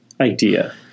idea